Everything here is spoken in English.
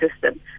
system